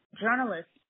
journalists